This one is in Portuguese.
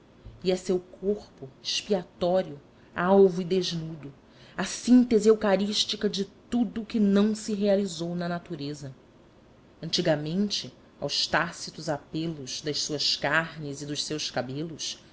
e é seu corpo expiatório alvo e desnudo a síntese eucarística de tudo que não se realizou na natureza antigamente aos tácitos apelos das suas carnes e dos seus cabelos